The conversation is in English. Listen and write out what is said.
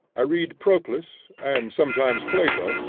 i read proclus, and sometimes plato,